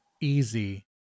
Easy